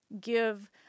give